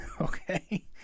Okay